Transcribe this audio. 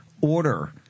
order